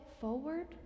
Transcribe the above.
forward